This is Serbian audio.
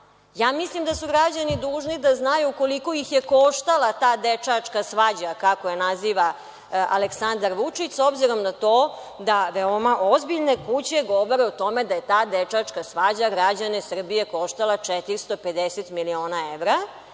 Ja mislim da su građani dužni da znaju koliko ih je koštala ta dečačka svađa, kako je naziva Aleksandar Vučić, s obzirom na to da veoma ozbiljne kuće govore o tome da je ta dečačka svađa građane Srbije koštala 450 miliona evra,